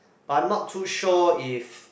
but I'm not too sure if